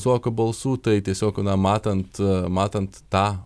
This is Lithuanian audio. zuoko balsų tai tiesiog matant matant tą